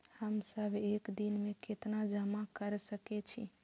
हम सब एक दिन में केतना जमा कर सके छी?